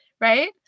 right